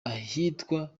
ahitwa